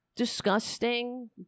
disgusting